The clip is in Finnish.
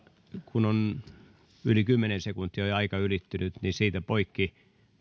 kun on yli kymmenellä sekunnilla jo aika ylittynyt niin siitä poikki